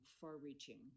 far-reaching